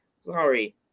sorry